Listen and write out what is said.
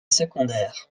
secondaire